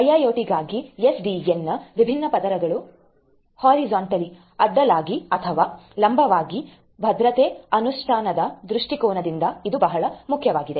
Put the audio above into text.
IIoT ಗಾಗಿ ಎಸ್ಡಿಎನ್ನ ವಿವಿಧ ಪದರಗಳಲ್ಲಿ ಅಡ್ಡಲಾಗಿ ಅಥವಾ ಲಂಬವಾಗಿ ಭದ್ರತೆಯ ಅನುಷ್ಠಾನದ ದೃಷ್ಟಿಕೋನದಿಂದ ಇದು ಬಹಳ ಮುಖ್ಯವಾಗಿದೆ